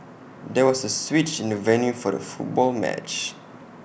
there was A switch in the venue for the football match